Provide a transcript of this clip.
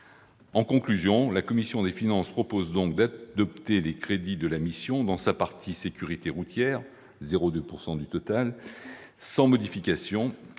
En conclusion, la commission des finances propose donc d'adopter les crédits de la mission dans sa partie « Sécurité et éducation routières »- 0,2 % du total -, sans modification,